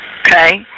okay